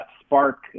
spark